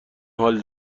حال